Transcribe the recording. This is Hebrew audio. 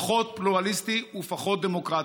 פחות פלורליסטי ופחות דמוקרטי.